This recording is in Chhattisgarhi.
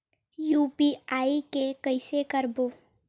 यू.पी.आई के कइसे करबो?